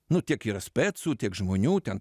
nu tiek yra specų tiek žmonių ten